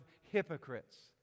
hypocrites